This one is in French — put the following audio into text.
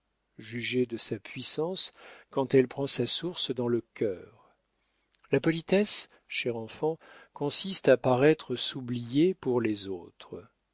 jugez de sa puissance quand elle prend sa source dans le cœur la politesse cher enfant consiste à paraître s'oublier pour les autres